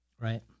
Right